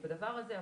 בדבר הזה,